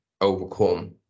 overcome